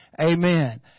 Amen